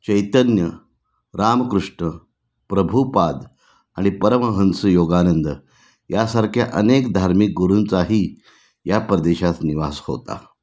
चैतन्य रामकृष्ण प्रभुपाद आणि परमहंस योगानंद यासारख्या अनेक धार्मिक गुरूंचाही या प्रदेशात निवास होता